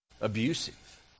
Abusive